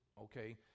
okay